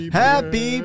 happy